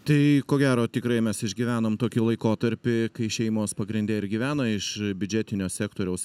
tai ko gero tikrai mes išgyvenom tokį laikotarpį kai šeimos pagrinde ir gyvena iš biudžetinio sektoriaus